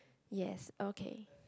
yes okay